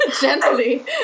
gently